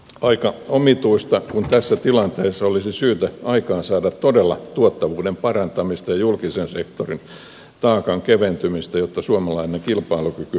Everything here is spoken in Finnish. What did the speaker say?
aika omituista kun tässä tilanteessa olisi syytä aikaansaada todella tuottavuuden parantamista ja julkisen sektorin taakan keventymistä jotta suomalainen kilpailukyky nykyisestään paranisi